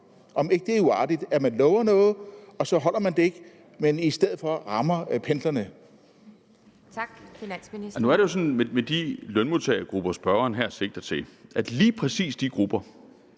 Om ikke det er uartigt, at man lover noget, og så holder man det ikke og rammer i stedet for pendlerne.